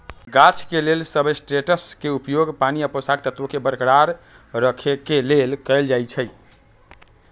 गाछ के लेल सबस्ट्रेट्सके उपयोग पानी आ पोषक तत्वोंके बरकरार रखेके लेल कएल जाइ छइ